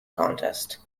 contest